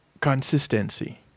consistency